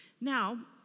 Now